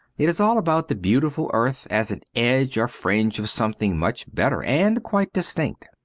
it is all about the beautiful earth as an edge or fringe of something much better and quite distinct.